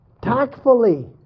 tactfully